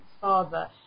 father